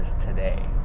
today